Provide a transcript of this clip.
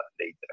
later